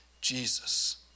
Jesus